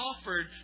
offered